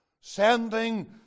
sending